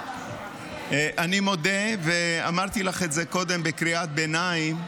אני מודה, ואמרתי לך את זה קודם בקריאת ביניים,